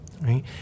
right